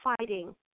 fighting